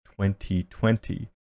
2020